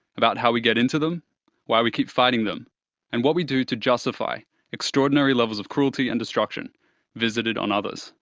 about how we get into them why we keep fighting them and what we do to justify extraordinary levels of cruelty and destruction visited on others